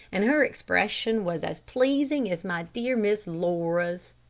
and her expression was as pleasing as my dear miss laura's.